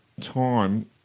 Time